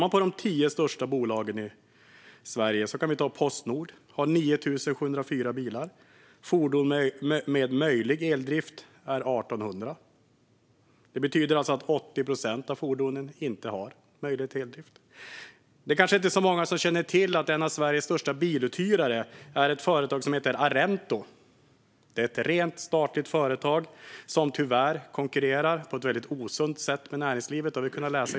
Bland de tio största bolagen i Sverige kan vi ta Postnord. De har 9 704 bilar. Antalet fordon med möjlig eldrift är 1 800. Det betyder att 80 procent av fordonen inte har möjlighet till eldrift. Det är kanske inte så många som känner till att en av Sveriges största biluthyrare är ett företag som heter Arento. Det är ett rent statligt företag som tyvärr konkurrerar med näringslivet på ett väldigt osunt sätt.